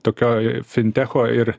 tokioj fintecho ir